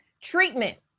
treatment